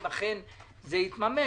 אם אכן זה יתממש,